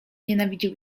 nienawidził